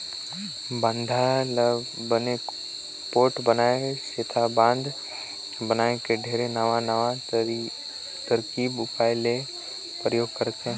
बांधा ल बने पोठ बनाए सेंथा बांध बनाए मे ढेरे नवां नवां तरकीब उपाय ले परयोग करथे